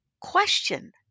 question